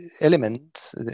elements